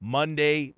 Monday